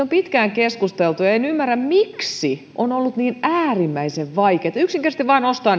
on pitkään keskusteltu ja en ymmärrä miksi on ollut niin äärimmäisen vaikeata yksinkertaisesti vaan nostaa